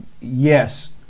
Yes